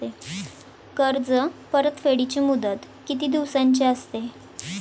कर्ज परतफेडीची मुदत किती दिवसांची असते?